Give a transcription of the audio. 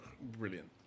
Brilliant